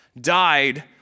died